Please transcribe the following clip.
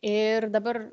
ir dabar